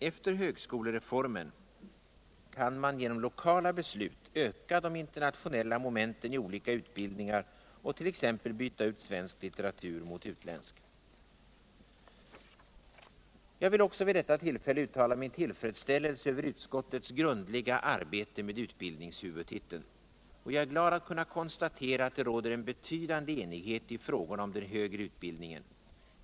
Efter högskolereformen kan man genom lokala beslut öka de internationella momenten i olika utbildningar och t.ex. byta ut svensk litteratur mot utländsk. Jag vill också vid detta tillfälle uttala min tillfredsställelse över utskottets grundliga arbete med utbildningshuvudtiteln. Och jag är glad att kunna konstatera att det råder en betydande enighet i frågorna om den högre utbildningen.